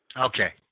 Okay